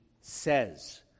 says